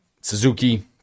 Suzuki